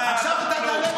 עכשיו אתה תענה לי על עוד,